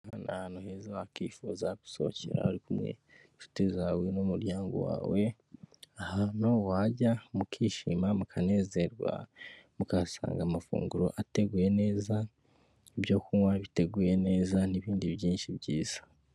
Ahantu heza wakifuza gusohokera ari kumwe n'nshuti zawe, n'umuryango wawe. Ahantu wajya mukishima, mukanezerwa, mukahasanga amafunguro ateguye neza, ibyo kunywa biteguye neza n'ibindi byinshi byiza.